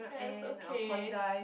yes okay